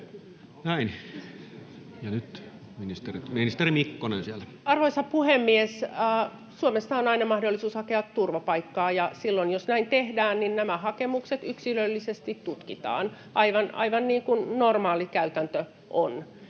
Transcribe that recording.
Arvoisa puhemies! Suomesta on aina mahdollisuus hakea turvapaikkaa, ja silloin jos näin tehdään, nämä hakemukset yksilöllisesti tutkitaan — aivan niin kuin normaali käytäntö on.